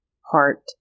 heart